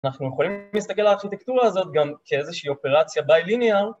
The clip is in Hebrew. אנחנו יכולים להסתכל על הארכיטקטורה הזאת גם כאיזושהי אופרציה ביי-ליניאר